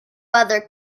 other